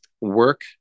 work